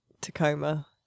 Tacoma